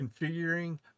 configuring